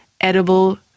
edible